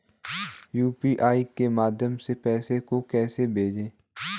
UPI के माध्यम से पैसे को कैसे भेजें?